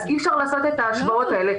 אי אפשר לעשות את ההשוואות האלה.